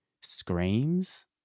screams